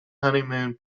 honeymoon